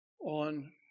on